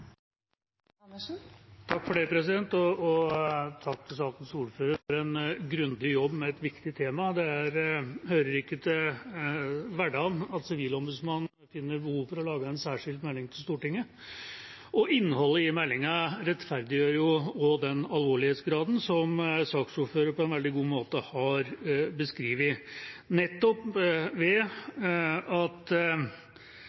til sakens ordfører for en grundig jobb med et viktig tema. Det hører ikke til hverdagen at Sivilombudsmannen finner behov for å lage en særskilt melding til Stortinget. Innholdet i meldingen rettferdiggjør alvorlighetsgraden, noe saksordføreren har beskrevet på en veldig god måte.